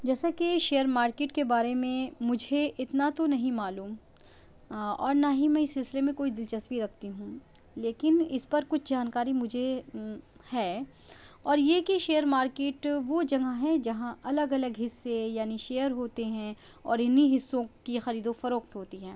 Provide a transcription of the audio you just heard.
جیسا کے share market کے بارے میں مجھے اتنا تو نہیں معلوم اور نہ ہی میں اس سلسلے میں کوئی دلچسپی رکھتی ہوں لیکن اس پر کچھ جانکاری مجھے ہے اور یہ کہ شیئر مارکیٹ وہ جگہ ہے جہاں الگ الگ حصے یعنی شیئر ہوتے ہیں اور انہیں حصوں کی خرید و فروخت ہوتی ہے